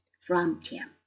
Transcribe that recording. frontier